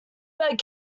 bird